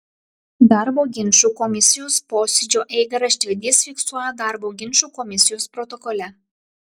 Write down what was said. darbo ginčų komisijos posėdžio eigą raštvedys fiksuoja darbo ginčų komisijos protokole